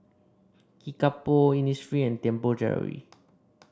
Kickapoo Innisfree and Tianpo Jewellery